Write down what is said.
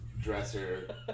dresser